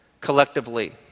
Collectively